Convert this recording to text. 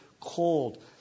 cold